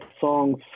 songs